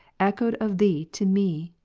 echoed of thee to me,